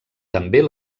també